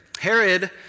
Herod